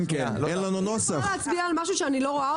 אני לא יכולה להצביע על משהו שאני לא רואה.